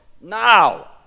now